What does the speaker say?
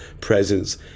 presence